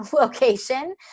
location